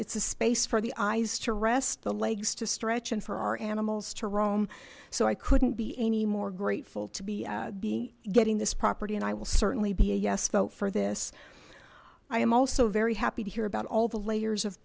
it's a space for the eyes to rest the legs to stretch and for our animals to roam so i couldn't be any more grateful to be getting this property and i will certainly be a yes vote for this i am also very happy to hear about all the layers of